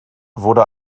wurde